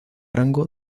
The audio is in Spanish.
rango